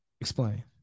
Explain